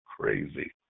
crazy